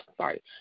sorry